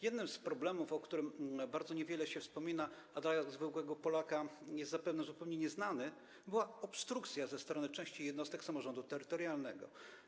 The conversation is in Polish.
Jednym z problemów, o którym bardzo niewiele się wspomina, a zwykłemu Polakowi jest zapewne zupełnie nieznany, była obstrukcja ze strony części jednostek samorządu terytorialnego.